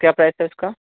क्या प्राइस है इसका